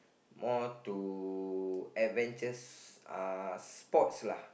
more to adventures uh sports lah